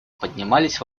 поднимались